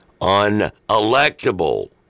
unelectable